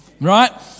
right